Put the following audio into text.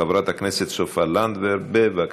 חברת הכנסת סופה לנדבר, בבקשה.